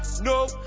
No